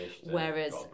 whereas